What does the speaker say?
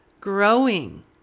growing